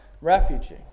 refugee